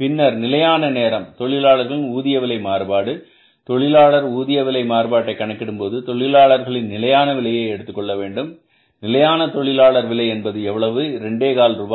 பின்னர் நிலையான நேரம் தொழிலாளர்களின் ஊதிய விலை மாறுபாடு தொழிலாளர் ஊதிய விலை மாறுபாட்டை கணக்கிடும்போது தொழிலாளர் நிலையான விலையை எடுத்துக்கொள்ள வேண்டும் நிலையான தொழிலாளர் விலை எவ்வளவு ரூபாய் 2